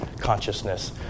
consciousness